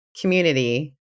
community